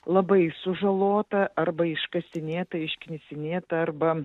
labai sužalota arba iškasinėta išknisinėta arba